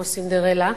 כמו סינדרלה.